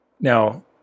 Now